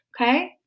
okay